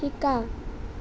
শিকা